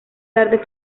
tarde